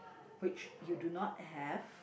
which you do not have